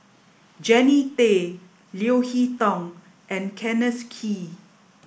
Jannie Tay Leo Hee Tong and Kenneth Kee